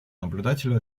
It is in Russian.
наблюдателю